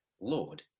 Lord